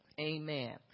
amen